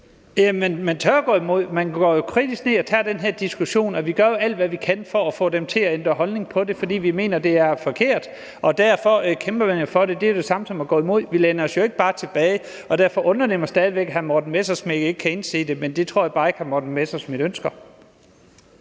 Man tør at gå imod. Man går ned kritisk og tager den her diskussion, og vi gør alt, hvad vi kan for at få dem til at ændre holdning på det, fordi vi mener, det er forkert, og derfor kæmper man for det, og det er det samme som at gå imod. Vi læner os jo ikke bare tilbage. Derfor undrer det mig stadig væk, at hr. Morten Messerschmidt ikke kan indse det, men det tror jeg bare ikke hr. Morten Messerschmidt ønsker.